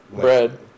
Bread